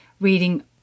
reading